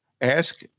ask